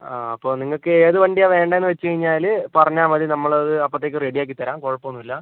ആ അപ്പം നിങ്ങൾക്ക് ഏത് വണ്ടിയാണ് വേണ്ടതെന്ന് വച്ച് കയിഞ്ഞാൽ പറഞ്ഞാൽ മതി നമ്മളത് അപ്പോഴത്തേക്ക് റെഡി ആക്കിത്തരാം കുഴപ്പമൊന്നും ഇല്ല